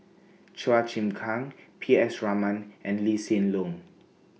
Chua Chim Kang P S Raman and Lee Hsien Loong